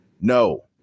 no